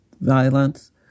violence